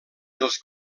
dels